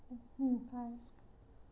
mm bye